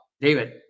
David